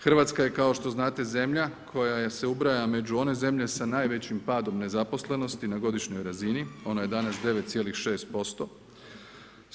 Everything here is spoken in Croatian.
Hrvatska je kao što znate zemlja koja se ubraja među one zemlje sa najvećim padom nezaposlenosti na godišnjoj razini, ona je danas 9,6%